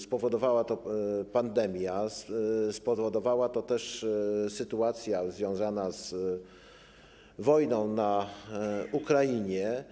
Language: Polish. Spowodowała to pandemia, spowodowała to też sytuacja związana z wojną na Ukrainie.